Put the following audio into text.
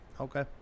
Okay